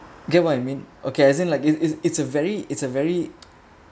get what I mean okay as in like it's it's it's a very it's a very